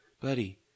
buddy